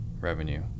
revenue